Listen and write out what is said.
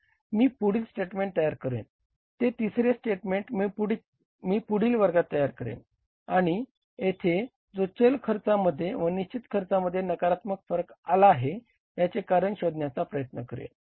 मी पुढील स्टेटमेंट तयार करेन ते तिसरे स्टेटमेंट मी पुढील वर्गात तयार करेन आणि येथे जो चल खर्चामध्ये व निश्चित खर्चामध्ये नकारात्मक फरक आला आहे याचे कारण शोधण्याचा प्रयत्न करेन